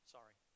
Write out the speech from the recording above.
Sorry